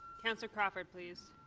counselor crawford, please?